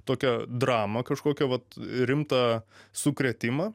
tokią dramą kažkokią vat rimtą sukrėtimą